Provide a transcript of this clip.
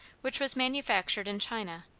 which was manufactured in china,